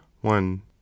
one